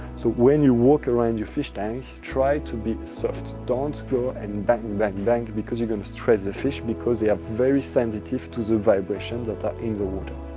so when you walk around your fish tank try to be soft. don't go and bang, bang, bang because you're going to stress the fish because they are very sensitive to the vibrations that are in the water.